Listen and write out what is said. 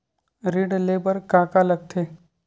ऋण ले बर का का लगथे?